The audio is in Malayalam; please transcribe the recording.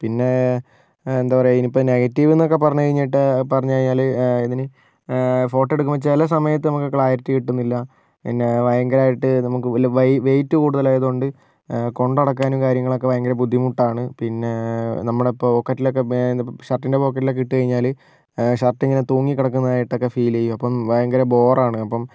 പിന്നേ എന്താ പറയാ ഇനിയിപ്പോൾ നെഗറ്റീവെന്നൊക്കെ പറഞ്ഞ് കഴിഞ്ഞിട്ട പറഞ്ഞ് കഴിഞ്ഞാൽ ഇതിന് ഫോട്ടെയെടുക്കുമ്പോൾ ചില സമയത്ത് നമുക്ക് ക്ലാരിറ്റി കിട്ടുന്നില്ല പിന്നെ ഭയങ്കരമായിട്ട് നമുക്ക് അല്ല വയ് വെയ്റ്റ് കൂടുതലായതുകൊണ്ട് കൊണ്ടു നടക്കാനും കാര്യങ്ങളൊക്കെ ഭയങ്കര ബുദ്ധിമുട്ടാണ് പിന്നെ നമ്മുടെ പോക്കറ്റിലൊക്കെ ഷർട്ടിൻ്റെ പോക്കറ്റിലക്കെ ഇട്ട് കഴിഞ്ഞാൽ ഷർട്ടിങ്ങനെ തൂങ്ങി കിടക്കുന്നതായിട്ടക്കെ ഫീലെയും അപ്പം ഭയങ്കര ബോറാണ് അപ്പം